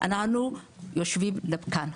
אנחנו יושבים כאן,